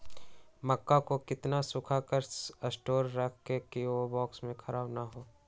मक्का को कितना सूखा कर स्टोर करें की ओ बॉक्स में ख़राब नहीं हो?